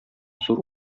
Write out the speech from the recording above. зур